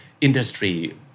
industry